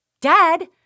Dad